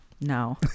No